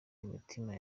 imitima